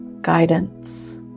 guidance